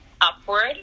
Upward